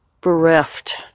bereft